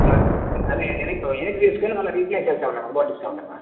select అది అదే వెనకి వెనకి తీసుకుని మళ్ళా రీప్లేస్ చేస్తాంలేమ్మ ఇంకోటి ఇస్తాంలేమ్మ